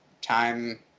time